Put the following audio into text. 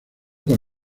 con